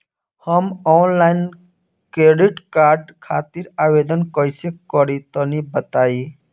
हम online credit card खातिर आवेदन कइसे करि तनि बताई?